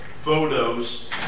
photos